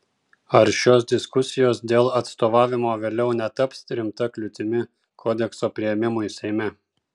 ar šios diskusijos dėl atstovavimo vėliau netaps rimta kliūtimi kodekso priėmimui seime